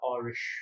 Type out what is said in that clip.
Irish